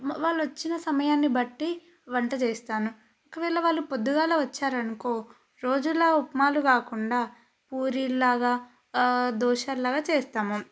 వాళ్ళు వచ్చిన సమయాన్ని బట్టి వంట చేస్తాను ఒకవేళ వాళ్ళు పొద్దుగాల వచ్చారు అనుకో రోజూలాగా ఉప్మాలు కాకుండా పూరీలలాగా దోశలలాగా చేస్తాము